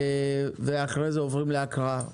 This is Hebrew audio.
ואחרי זה עוברים להקראה.